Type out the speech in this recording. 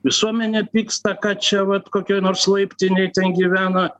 visuomenė pyksta kad čia vat kokioj nors laiptinėj ten gyvena